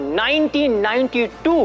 1992